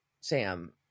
Sam